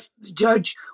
judge